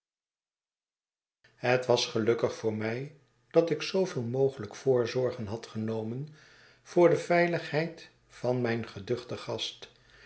het was gelukkig voor mij dat ik zooveel mogelyk voorzorgen had genomen voor de veiligheid van mijn geduchten gast